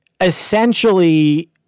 Essentially